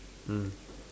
mm